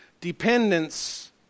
dependence